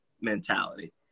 mentality